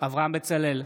אברהם בצלאל,